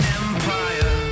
empire